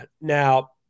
Now